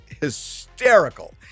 Hysterical